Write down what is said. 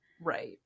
Right